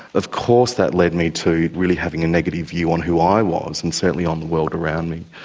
of course that led me to really having a negative view on who i was and certainly on the world around me.